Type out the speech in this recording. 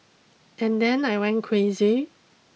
and then I went crazy